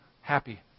happy